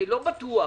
לא בטוח